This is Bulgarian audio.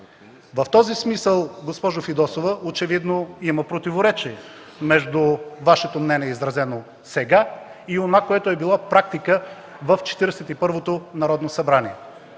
В този смисъл, госпожо Фидосова, очевидно има противоречие между Вашето мнение, изразено сега, и онова, което е било практика в Четиридесет